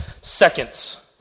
seconds